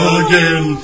again